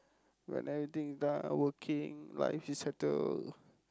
when everything done ah working life is settled